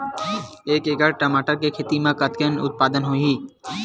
एक एकड़ टमाटर के खेती म कतेकन उत्पादन होही?